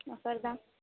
ओकर दाम